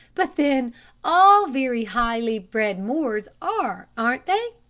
but then all very highly-bred moors are, aren't they?